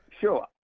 sure